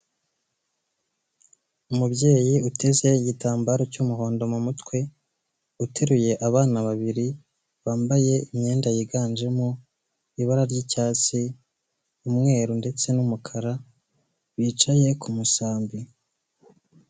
Umubyeyi uteze igitambaro cy'umuhondo mu mutwe, uteruye abana babiri bambaye imyenda yiganjemo ibara ry'icyatsi, umweru ndetse n'umukara bicaye ku musambi.